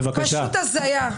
בבקשה.